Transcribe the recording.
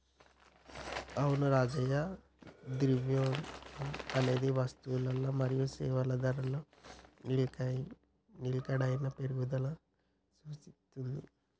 అవును రాజయ్య ద్రవ్యోల్బణం అనేది వస్తువులల మరియు సేవల ధరలలో నిలకడైన పెరుగుదలకు సూచిత్తది